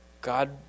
god